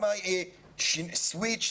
גם סוויץ',